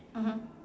mmhmm